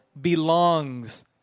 belongs